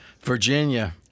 Virginia